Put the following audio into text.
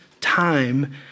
time